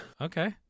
Okay